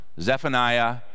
Zephaniah